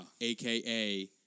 AKA